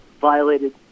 violated